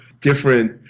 different